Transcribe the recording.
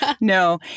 No